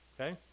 Okay